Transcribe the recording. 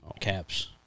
Caps